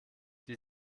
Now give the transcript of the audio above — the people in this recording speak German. die